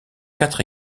quatre